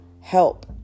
help